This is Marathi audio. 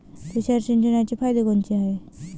तुषार सिंचनाचे फायदे कोनचे हाये?